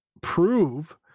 prove